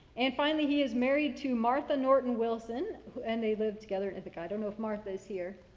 and finally he is married to martha norton wilson and they lived together in ithica. i don't know if martha is here.